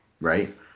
right